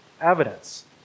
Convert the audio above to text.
evidence